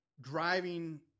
driving